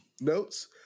notes